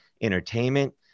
entertainment